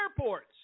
airports